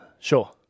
Sure